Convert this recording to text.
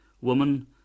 Woman